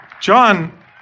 John